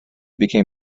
became